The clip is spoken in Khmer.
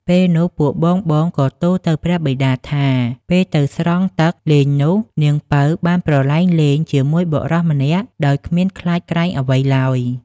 ពេលនោះ ពួកបងៗក៏ទូលទៅព្រះបិតាថា ពេលទៅស្រង់ទឹកលេងនោះ នាងពៅបានប្រឡែងលេងជាមួយបុរសម្នាក់ដោយគ្មានខ្លាចក្រែងអ្វីឡើយ។